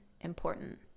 important